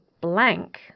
blank